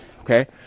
okay